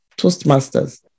Toastmasters